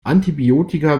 antibiotika